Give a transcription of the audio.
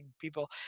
people